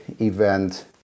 event